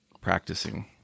practicing